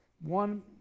one